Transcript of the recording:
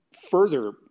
further